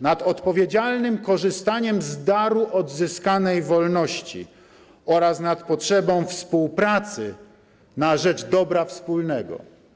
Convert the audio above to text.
nad odpowiedzialnym korzystaniem z daru odzyskanej wolności oraz nad potrzebą współpracy na rzecz dobra wspólnego.